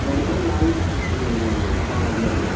منوہرلال پاؤ بھاجی والے